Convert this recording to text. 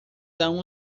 são